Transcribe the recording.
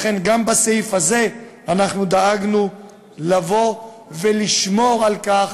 לכן גם בסעיף הזה דאגנו לשמור על כך